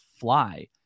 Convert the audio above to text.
fly